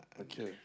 Okay